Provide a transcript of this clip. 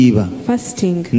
Fasting